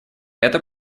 эта